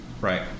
Right